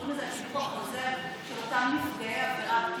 קוראים לזה הסיפור החוזר של אותם נפגעי עבירה קטינים.